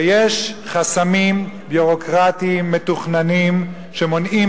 ויש חסמים ביורוקרטיים מתוכננים שמונעים